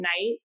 night